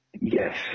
Yes